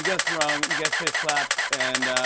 guess wrong, you get fish slapped. and,